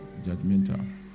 judgmental